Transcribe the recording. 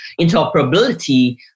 interoperability